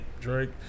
Drake